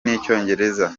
n’icyongereza